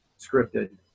scripted